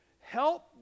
help